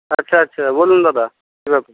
আচ্ছা আচ্ছা বলুন দাদা